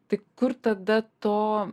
tai kur tada to